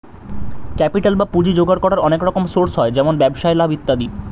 capital বা পুঁজি জোগাড় করার অনেক রকম সোর্স হয়, যেমন ব্যবসায় লাভ ইত্যাদি